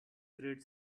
great